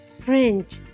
French